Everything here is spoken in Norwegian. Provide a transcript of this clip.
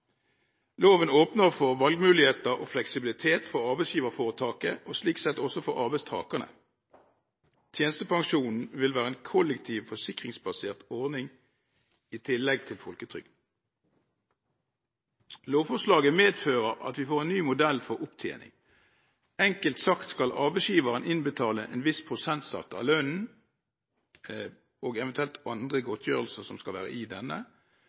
Loven åpner for valgmuligheter og fleksibilitet for arbeidsgiverforetaket og slik sett også for arbeidstakerne. Tjenestepensjonen vil være en kollektiv, forsikringsbasert ordning i tillegg til folketrygden. Lovforslaget medfører at vi får en ny modell for opptjening. Enkelt sagt skal arbeidsgiveren innbetale en viss prosentsats av lønnen – og eventuelt andre godtgjørelser som skal være i denne